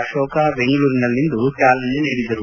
ಅಕೋಕ್ ಬೆಂಗಳೂರಿನಲ್ಲಿಂದು ಚಾಲನೆ ನೀಡಿದರು